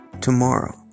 tomorrow